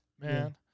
man